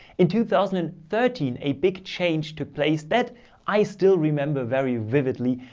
in two thousand and thirteen, a big change took place that i still remember very vividly.